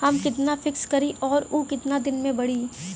हम कितना फिक्स करी और ऊ कितना दिन में बड़ी?